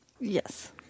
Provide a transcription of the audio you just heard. Yes